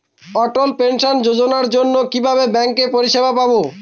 অটল pension যোজনার জন্য কিভাবে ব্যাঙ্কে পরিষেবা পাবো?